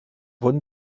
wurden